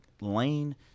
lane